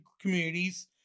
communities